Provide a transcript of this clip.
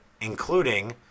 including